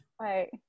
Right